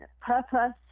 purpose